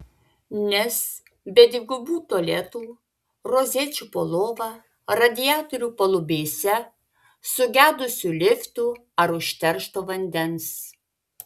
nes be dvigubų tualetų rozečių po lova radiatorių palubėse sugedusių liftų ar užteršto vandens